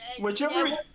Whichever